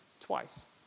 twice